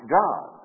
God